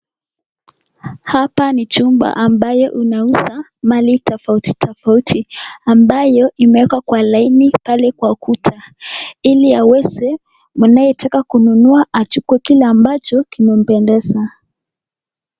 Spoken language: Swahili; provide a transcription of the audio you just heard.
Hapa ni chumba ambayo unauza mali tofauti tofauti, ambayo imewekwa kwa laini pale kwa ukuta iliaweze mwenye anataka kununua achukue kile ambacho kimempendeza.